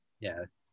Yes